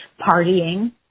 partying